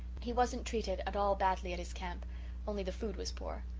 he wasn't treated at all badly at his camp only the food was poor.